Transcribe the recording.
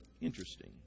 Interesting